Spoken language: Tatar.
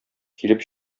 килеп